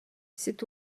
cet